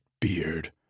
beard